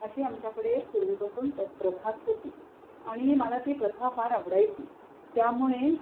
अशी आमच्याकडे पूर्वीपासून प्र प्रथाच होती आणि मला ती प्रथा फार आवडायची त्यामुळे